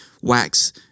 wax